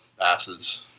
asses